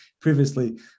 previously